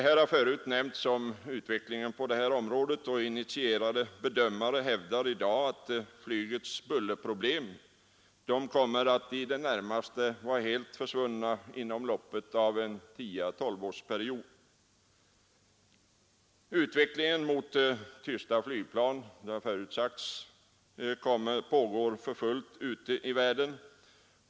Här har förut talats om utvecklingen på flygets område. Initierade bedömare hävdar i dag att flygets bullerproblem kommer att i det närmaste vara helt försvunna inom loppet av 10 å 12 år. Utvecklingen mot tystgående flygplan pågår alltså för fullt ute i världen.